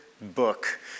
book